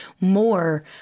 more